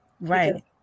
right